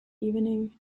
evening